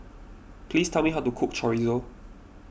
please tell me how to cook Chorizo